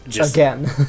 Again